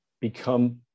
become